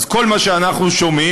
אז כל מה שאנחנו שומעים,